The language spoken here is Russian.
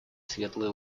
светлые